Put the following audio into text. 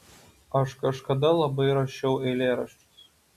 aš kažkada labai rašiau eilėraščius